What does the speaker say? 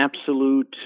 absolute